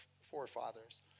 forefathers